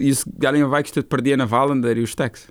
jis gali vaikštot per dieną valandą ir užteks